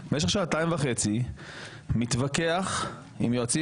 במשך שעתיים וחצי מתווכח עם יועצים